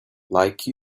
like